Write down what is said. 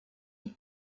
die